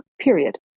period